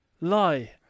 Lie